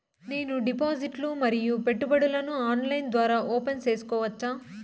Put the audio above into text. నేను డిపాజిట్లు ను మరియు పెట్టుబడులను ఆన్లైన్ ద్వారా ఓపెన్ సేసుకోవచ్చా?